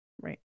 Right